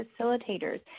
facilitators